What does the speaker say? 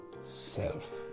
self